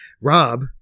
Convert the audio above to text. Rob